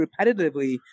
repetitively